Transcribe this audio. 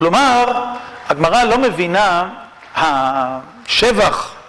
כלומר, הגמרא לא מבינה השבח